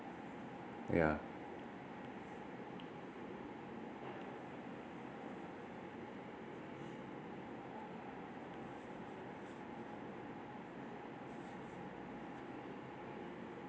yeah